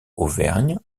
auvergne